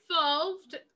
involved